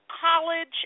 College